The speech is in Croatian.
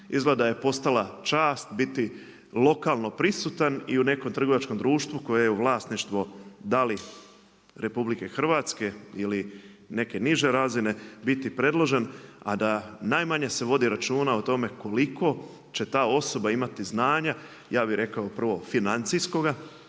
Izgleda da je postala čast biti lokalno prisutan i u nekom trgovačkom društvu koje je vlasništvo da li Republike Hrvatske ili neke niže razine biti predložen, a da najmanje se vodi računa o tome koliko će ta osoba imati znanja ja bih rekao prvo financijskoga,